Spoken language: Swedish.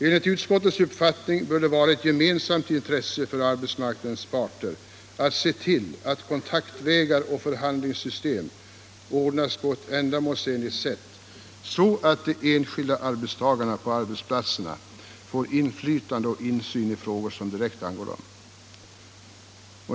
Enligt utskottets uppfattning bör det vara ett gemensamt intresse för arbetsmarknadens parter att se till att kontaktvägar och förhandlingssystem anordnas på ett ändamålsenligt sätt så att de enskilda arbetstagarna på arbetsplatserna får inflytande och insyn i frågor som direkt angår dem.